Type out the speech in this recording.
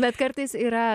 bet kartais yra